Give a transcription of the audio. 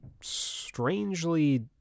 strangely